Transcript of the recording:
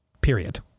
Period